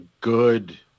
good